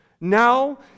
Now